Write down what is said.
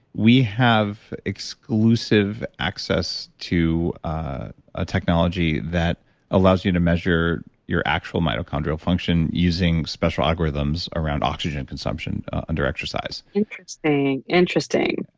we have exclusive access to a technology that allows you to measure your actual mitochondrial function using special algorithms around oxygen consumption under exercise interesting. interesting.